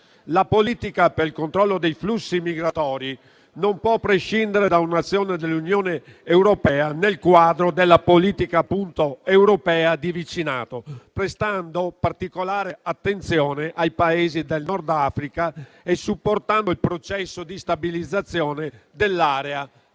la politica per il controllo dei flussi migratori non può prescindere da un'azione dell'Unione europea nel quadro della politica europea di vicinato, prestando particolare attenzione ai Paesi del Nord Africa e supportando il processo di stabilizzazione dell'area del